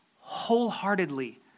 wholeheartedly